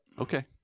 Okay